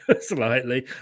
slightly